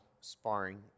sparring